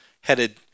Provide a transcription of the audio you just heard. headed